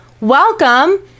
welcome